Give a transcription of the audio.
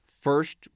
first